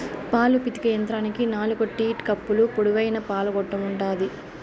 పాలు పితికే యంత్రానికి నాలుకు టీట్ కప్పులు, పొడవైన పాల గొట్టం ఉంటాది